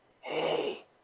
hey